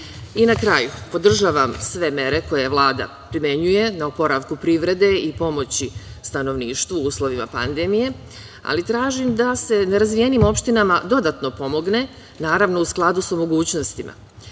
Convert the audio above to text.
kraju, podržavam sve mere koje Vlada primenjuje na oporavku privrede i pomoći stanovništvu u uslovima pandemije, ali tražim da se nerazvijenim opštinama dodatno pomogne, naravno u skladu sa mogućnostima.U